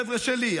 חבר'ה שלי,